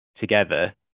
together